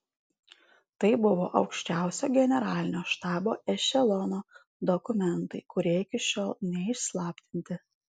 tai buvo aukščiausio generalinio štabo ešelono dokumentai kurie iki šiol neišslaptinti